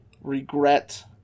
regret